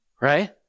right